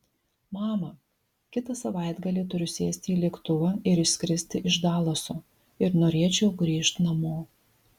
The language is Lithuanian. mama kitą savaitgalį turiu sėsti į lėktuvą ir išskristi iš dalaso ir norėčiau grįžt namo